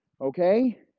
okay